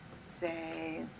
say